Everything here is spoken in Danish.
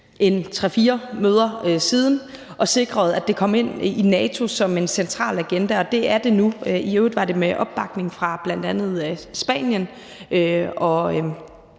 fire møder siden og sikrede, at det kom ind i NATO som en central agenda, og det er det nu. I øvrigt var det med opbakning fra bl.a. Spanien og